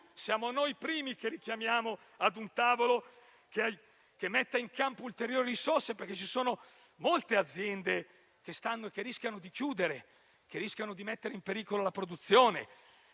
siamo noi i primi a richiamare un tavolo che metta in campo ulteriori risorse, perché ci sono molte aziende che rischiano di chiudere e di mettere in pericolo la produzione.